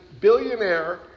billionaire